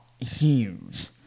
huge